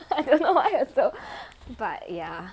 I don't know why also but ya